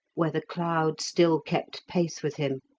where the cloud still kept pace with him,